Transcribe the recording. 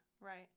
Right